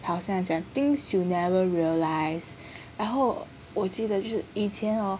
好像讲 things you never realize 然后我记得是以前 hor